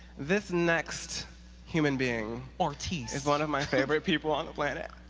this next human being artist. is one of my favorite people on the planet.